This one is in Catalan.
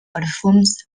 perfums